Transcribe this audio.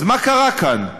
אז מה קרה כאן?